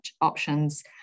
options